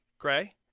Gray